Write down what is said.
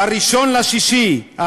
ב-1 ביוני 2015,